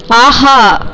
ஆஹா